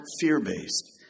fear-based